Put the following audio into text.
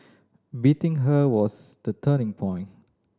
beating her was the turning point